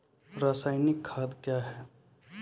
रसायनिक खाद कया हैं?